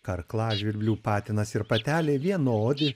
karklažvirblių patinas ir patelė vienodi